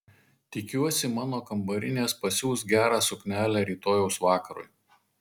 tikiuosi mano kambarinės pasiūs gerą suknelę rytojaus vakarui